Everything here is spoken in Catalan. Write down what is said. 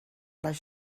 les